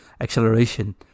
acceleration